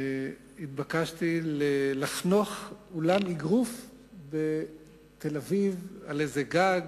התבקשתי לחנוך אולם אגרוף בתל-אביב, על איזה גג,